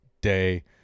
day